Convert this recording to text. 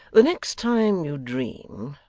the next time you dream,